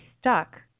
stuck